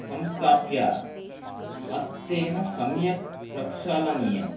संस्थाप्य हस्तेन सम्यक् प्रक्षालनीयम्